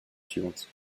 suivante